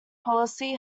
policy